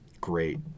great